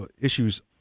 issues